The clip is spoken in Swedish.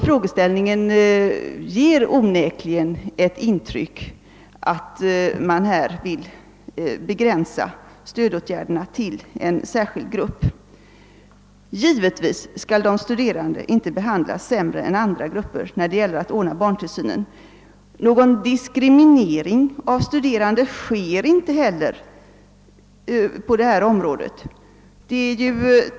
Frågeställningen ger onekligen ett intryck av att man vill begränsa stödåtgärderna till en särskild grupp. Givetvis skall de studerande inte behandlas sämre än andra grupper när det gäller att ordna barntillsynen. Någon diskriminering av studerande förekommer inte heller på detta område.